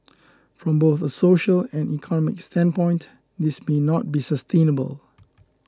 from both a social and economic standpoint this may not be sustainable